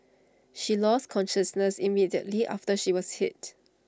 she lost consciousness immediately after she was hit